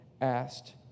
asked